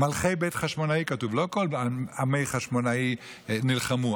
"מלכי בית חשמונאי" לא כל עמי חשמונאי נלחמו.